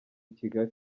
kigali